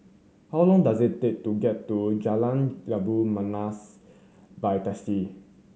how long does it take to get to Jalan Labu Manis by taxi